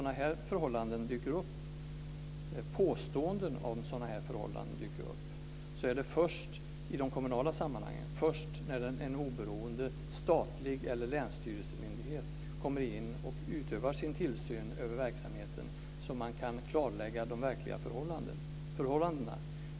När påståenden om sådana här förhållanden dyker upp är det i de kommunala sammanhangen först när en oberoende statlig myndighet eller länsstyrelsemyndighet utövar sin tillsyn över verksamheten som man kan klarlägga de verkliga förhållandena.